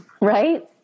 right